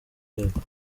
rwego